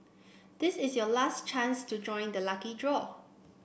this is your last chance to join the lucky draw